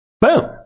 Boom